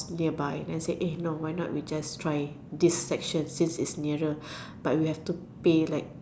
nearby then say eh no why not we try this section since it's nearer but we need to pay like